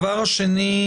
שנית,